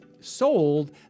sold